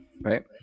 Right